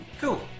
Cool